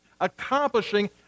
accomplishing